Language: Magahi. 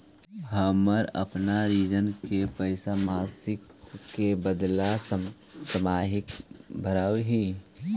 हम अपन ऋण के पैसा मासिक के बदला साप्ताहिक भरअ ही